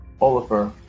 Oliver